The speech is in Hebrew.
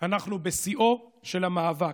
אנחנו בשיאו של המאבק.